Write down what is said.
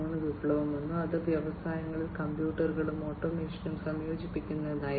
0 വിപ്ലവം വന്നു അത് വ്യവസായങ്ങളിൽ കമ്പ്യൂട്ടറുകളും ഓട്ടോമേഷനും സംയോജിപ്പിക്കുന്നതായിരുന്നു